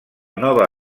nova